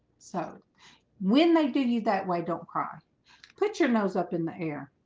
so when they did you that way don't cry put your nose up in the air